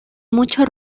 mucho